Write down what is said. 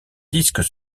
disques